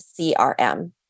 CRM